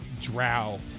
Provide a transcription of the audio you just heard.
drow